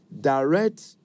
direct